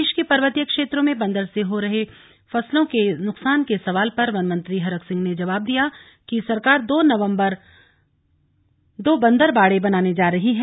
प्रदेश के पर्वतीय क्षेत्रों में बंदर से हो रहे फसलों के नुकसान के सवाल पर वन मंत्री हरक सिंह रावत ने जवाब दिया कि सरकार दो बंदर बाड़े बनाने जा रही है